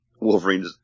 Wolverine